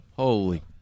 Holy